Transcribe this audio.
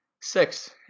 six